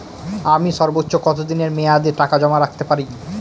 আমি সর্বোচ্চ কতদিনের মেয়াদে টাকা জমা রাখতে পারি?